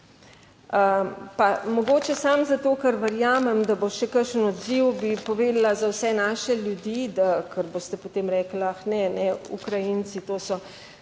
mogoče samo zato, ker verjamem, da bo še kakšen odziv, bi povedala za vse naše ljudi, da ker boste potem rekli, ah, ne, ne Ukrajinci, to so